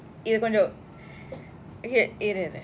இதுகொஞ்சம்இருஇருஇரு:idhu konjam iru iru iru